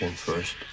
First